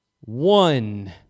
one